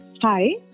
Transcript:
Hi